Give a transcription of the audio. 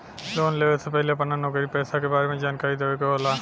Loan लेवे से पहिले अपना नौकरी पेसा के बारे मे जानकारी देवे के होला?